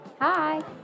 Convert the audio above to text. Hi